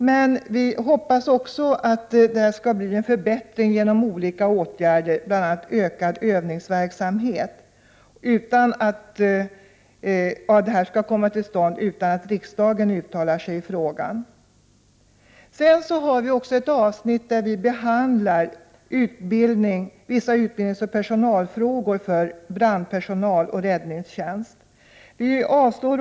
Men vi hoppas också att olika åtgärder, bl.a. fler övningar, skall åstadkomma en förbättring, utan att riksdagen behöver uttala sig i frågan. Sedan finns det också ett avsnitt där vissa utbildningsoch personalfrågor beträffande brandpersonal och räddningstjänst behandlas.